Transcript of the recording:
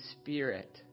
Spirit